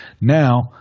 Now